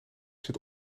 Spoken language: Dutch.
zit